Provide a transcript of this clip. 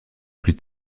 plus